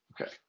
okay